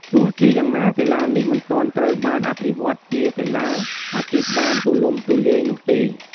ទោះជាយ៉ាងណា កីឡានេះមិនទាន់ត្រូវបានអភិវឌ្ឍជាកីឡាអាជីពបានទូលំទូលាយនោះទេ។